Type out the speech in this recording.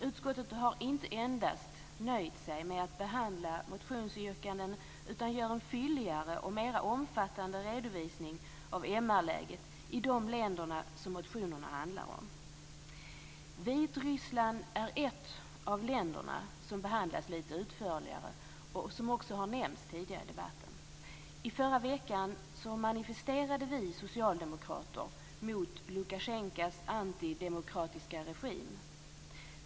Utskottet har inte nöjt sig med att endast behandla motionsyrkandena utan gör en fylligare och mera omfattande redovisning av MR-läget i de länder som motionerna handlar om. Vitryssland är ett av de länder som behandlas lite utförligare. Det har också nämnts tidigare i debatten. I förra veckan gjorde vi socialdemokrater en manifestation mot Lukasjenkos antidemokratiska regim.